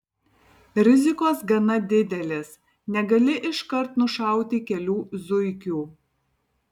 rizikos gana didelės negali iškart nušauti kelių zuikių